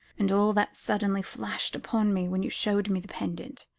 and all that suddenly flashed upon me when you showed me the pendant,